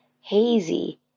hazy